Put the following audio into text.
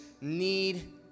need